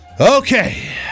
Okay